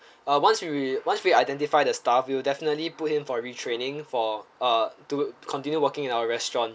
uh once we'll once we identify the staff we'll definitely put him for retraining for uh to continue working in our restaurant